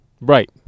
Right